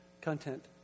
content